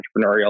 entrepreneurial